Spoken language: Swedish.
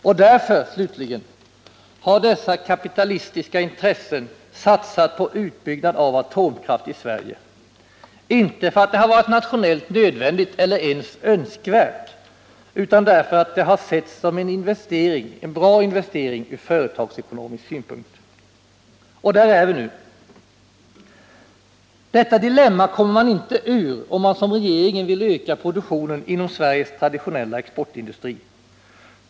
Och därför, slutligen, har dessa kapitalistiska intressen satsat på utbyggnad av atomkraft i Sverige, inte för att det har varit nationellt nödvändigt eller ens önskvärt, utan därför att det har ansetts vara en bra investering ur företagsekonomisk synvinkel. Och där är vi nu. Detta dilemma kommer man inte ur, om man som regeringen vill öka produktionen inom Sveriges traditionella exportindustri.